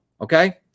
okay